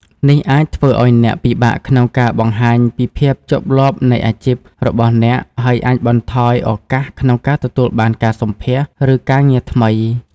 នេះអាចធ្វើឲ្យអ្នក ពិបាកក្នុងការបង្ហាញពីភាពជាប់លាប់នៃអាជីព របស់អ្នក ហើយអាចបន្ថយឱកាសក្នុងការទទួលបានការសម្ភាសន៍ ឬការងារថ្មី។